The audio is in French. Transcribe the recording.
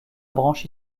branche